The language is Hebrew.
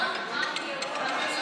לקיים הצבעה שמית.